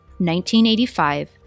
1985